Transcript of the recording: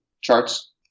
charts